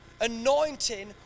anointing